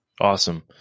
Awesome